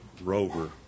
rover